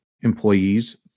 employees